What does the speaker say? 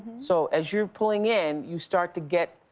so as you're pulling in, you start to get,